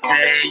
Say